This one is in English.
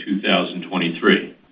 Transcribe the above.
2023